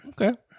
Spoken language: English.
Okay